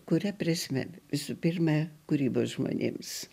kurią prizmę visų pirma kūrybos žmonėms